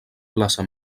plaça